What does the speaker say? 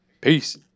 Peace